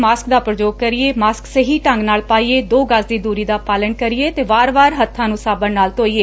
mask ਦਾ ਪ੍ਰਯੋਗ ਕਰੀਏ ਮਾਸਕ ਸਹੀ ਢੰਗ ਨਾਲ ਪਾਈਏ ਦੋ ਗਜ਼ ਦੀ ਦੁਰੀ ਦਾ ਪਾਲਣ ਕਰੀਏ ਅਤੇ ਵਾਰ ਵਾਰ ਹੱਬਾਂ ਨੂੰ ਸਾਬਣ ਨਾਲ ਧੋਈਏ